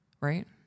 right